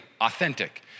authentic